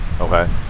okay